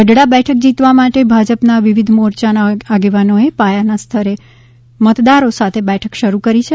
ગઢડા બેઠક જીતવા માટે ભાજપના વિવિધ મોરયાના આગેવાનોએ પાયાના સ્તરે મતદારો સાથે બેઠક શરૂ કરી દીધી છે